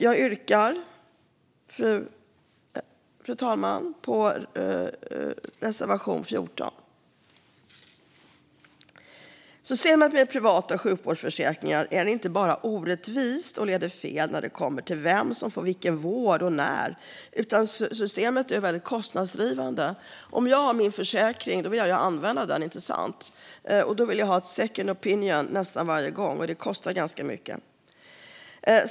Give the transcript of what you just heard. Jag yrkar bifall till reservation 14. Systemet med privata sjukvårdsförsäkringar är inte bara orättvist och leder fel när det kommer till vem som får vilken vård och när, utan systemet är också kostnadsdrivande. Om jag har en försäkring vill jag ju använda den, inte sant? Då vill jag ha en second opinion nästan varje gång, och det kostar ganska mycket.